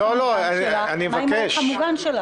אני לא אסבול את זה.